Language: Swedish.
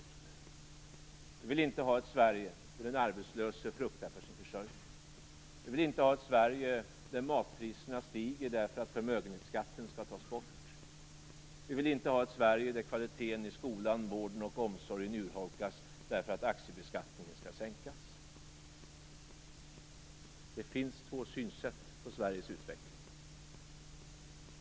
Det finns två synsätt på Sveriges utveckling.